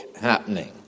happening